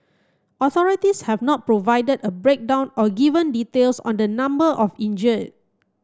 authorities have not provided a breakdown or given details on the number of injured